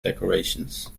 decorations